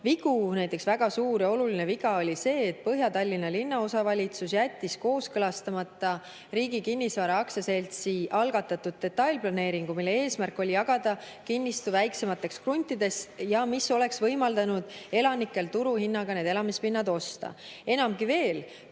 vigu. Väga suur ja oluline viga oli see, et Põhja‑Tallinna linnaosa valitsus jättis kooskõlastamata Riigi Kinnisvara Aktsiaseltsi algatatud detailplaneeringu, mille eesmärk oli jagada kinnistu väiksemateks kruntideks ja mis oleks võimaldanud elanikel turuhinnaga need elamispinnad osta. Enamgi veel,